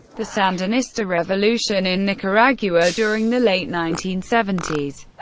the sandinista revolution in nicaragua during the late nineteen seventy s,